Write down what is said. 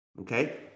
Okay